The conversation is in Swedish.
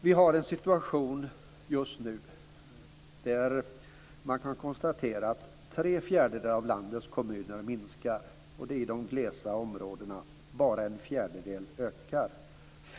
Vi har en situation just nu där man kan konstatera att tre fjärdedelar av landets kommuner minskar. Det är de glesa områdena. Bara en fjärdedel ökar.